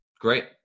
Great